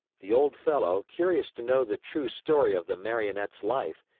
the old fellow, curious to know the true story of the marionette's life,